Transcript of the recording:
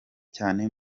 cyane